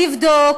לבדוק,